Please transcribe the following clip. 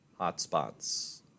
hotspots